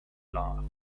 laughed